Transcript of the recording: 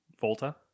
Volta